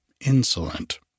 insolent